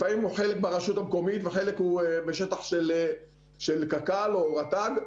לפעמים הוא חלק מהרשות המקומית וחלק בשטח של קק"ל או רט"ג,